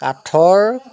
কাঠৰ